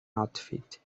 outfit